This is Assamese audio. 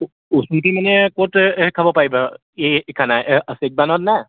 মানে ক'ত খাব পাৰিবা খানা ছেকবানত নে